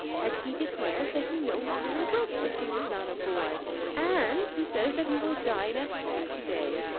and he declares that he no longer regrets that she was not a boy and he says that he will dine at home to-day,